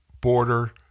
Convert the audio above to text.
border